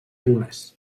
anglès